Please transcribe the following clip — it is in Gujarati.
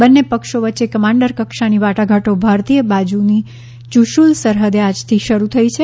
બંને પક્ષો વચ્ચે કમાન્ડર કક્ષાની વાટાઘાટો ભારતીય બાજુની યૂશુલ સરહદે આજથી શરૂ થઈ છે